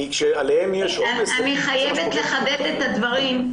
אני חייבת לחדד את הדברים.